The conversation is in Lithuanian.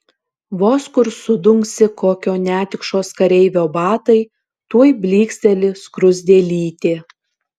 vos kur sudunksi kokio netikšos kareivio batai tuoj blyksteli skruzdėlytė